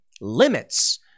limits